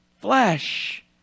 flesh